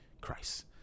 christ